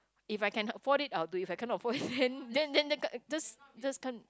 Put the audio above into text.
if I can afford it I'll do if I can't afford it then then then can't just just can't